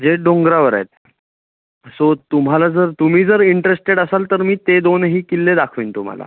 जे डोंगरावर आहेत सो तुम्हाला जर तुम्ही जर इंट्रेस्टेड असाल तर मी ते दोनही किल्ले दाखवेन तुम्हाला